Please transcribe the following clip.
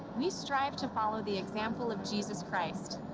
we strive to follow the example of jesus christ.